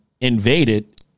invaded